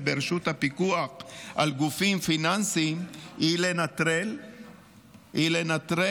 ברשות הפיקוח על גופים פיננסיים היא לנטרל את